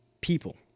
People